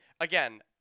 again